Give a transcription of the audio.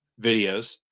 videos